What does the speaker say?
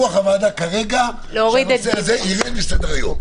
רוח הוועדה כרגע שהנושא הזה ירד מסדר היום.